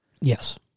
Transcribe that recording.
Yes